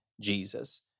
Jesus